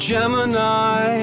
Gemini